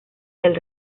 del